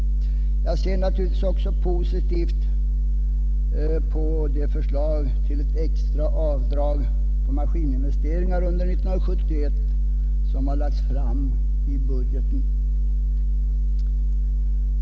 Jag ser naturligtvis också positivt på det förslag till ett extra avdrag för maskininvesteringar under 1971 som har lagts fram i budgeten.